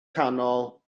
canol